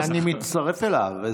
אני מצטרף אליו.